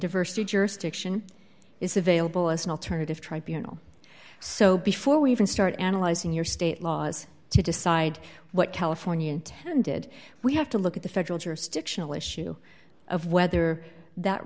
diversity jurisdiction is available as an alternative tribunals so before we even start analyzing your state laws to decide what california intended we have to look at the federal jurisdictional issue of whether that